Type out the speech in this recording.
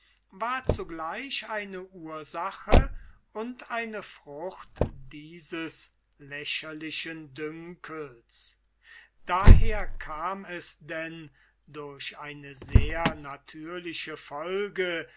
war zugleich eine ursache und eine frucht dieses lächerlichen dünkels daher kam es denn durch eine sehr natürliche folge